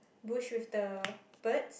bush with the bird